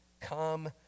come